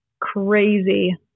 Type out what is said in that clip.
crazy